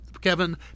Kevin